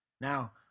Now